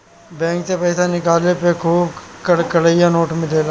bank से पईसा निकलला पे खुबे कड़कड़िया नोट मिलेला